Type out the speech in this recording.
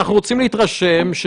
אנחנו עוצרים עם 320 חוקרים.